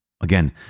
Again